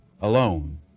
alone